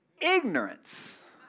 ignorance